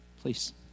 please